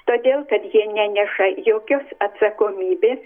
todėl kad jie neneša jokios atsakomybės